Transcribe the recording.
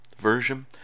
version